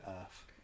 earth